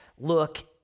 look